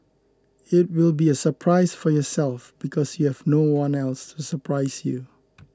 it will be a surprise for yourself because you have no one else to surprise you